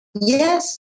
Yes